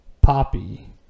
Poppy